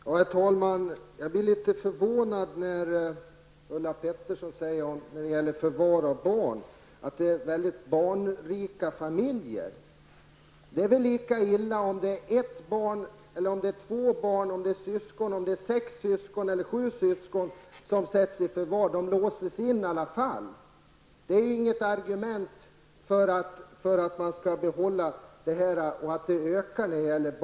Herr talman! Jag blir litet förvånad när Ulla Pettersson säger när det gäller förvar av barn att det handlar om mycket barnrika familjer. Det är väl lika illa om det är fråga om ett barn, två barn, sex syskon eller sju syskon som sätts i förvar. De låses in i alla fall! Det är inget argument för att behålla förvarstagandet och att det skall få öka i omfattning.